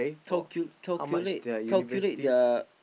calcu~ calculate their